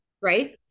Right